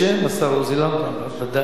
בשם השר עוזי לנדאו.